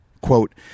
quote